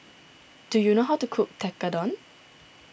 do you know how to cook Tekkadon